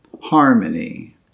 harmony